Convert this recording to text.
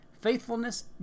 faithfulness